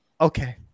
Okay